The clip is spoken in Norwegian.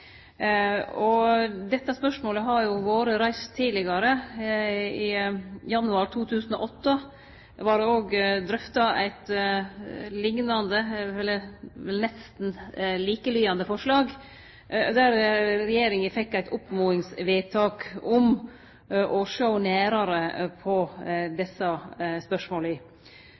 Dette spørsmålet har vore reist tidlegare. I januar 2008 vart det drøfta eit nesten likelydande forslag, der regjeringa fekk eit oppmodingsvedtak om å sjå nærare på desse spørsmåla.